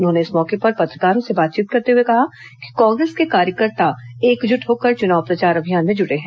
उन्होंने इस मौके पर पत्रकारों से बातचीत करते हुए कहा कि कांग्रेस के कार्यकर्ता एकजुट होकर चुनाव प्रचार अभियान में जुटे हए हैं